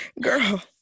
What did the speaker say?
girl